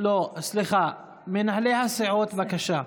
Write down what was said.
סליחה, מנהלי הסיעות, בבקשה.